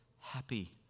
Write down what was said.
happy